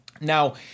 Now